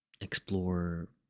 explore